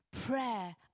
Prayer